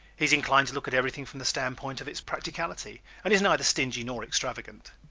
he is inclined to look at everything from the standpoint of its practicality and is neither stingy nor extravagant.